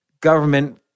government